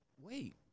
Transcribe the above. Wait